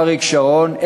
אריק שרון,